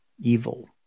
evil